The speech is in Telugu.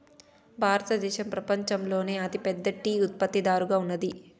భారతదేశం పపంచంలోనే అతి పెద్ద టీ ఉత్పత్తి దారుగా ఉన్నాది